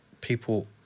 people